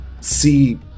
see